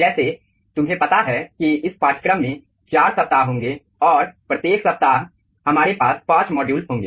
जैसे तुम्हें पता है कि इस पाठ्यक्रम में 4 सप्ताह होंगे और प्रत्येक सप्ताह हमारे पास 5 मॉड्यूल होंगे